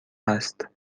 است